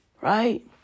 Right